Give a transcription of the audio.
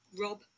Rob